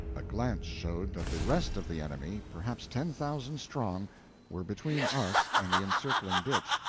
a glance showed that the rest of the enemy perhaps ten thousand strong were between us and the encircling ditch,